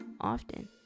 often